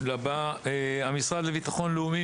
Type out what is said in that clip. לבא - המשרד לבטחון לאומי.